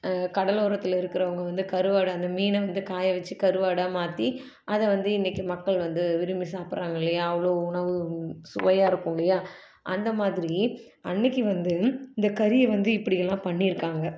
கடலோரத்தில் இருக்கிறவங்க வந்து கருவாடை அந்த மீனை வந்து காய வச்சு கருவாடாக மாற்றி அதை வந்து இன்றைக்கி மக்கள் வந்து விரும்பி சாப்பிட்றாங்க இல்லையா அவ்வளோ உணவு சுவையாக இருக்கும் இல்லையா அந்த மாதிரி அன்னைக்கு வந்து இந்த கறியை வந்து இப்படி எல்லாம் பண்ணியிருக்காங்க